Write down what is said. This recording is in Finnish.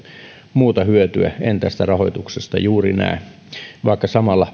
muuta hyötyä en tästä rahoituksesta näe juuri olevan vaikka samalla